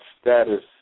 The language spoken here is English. status